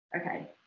okay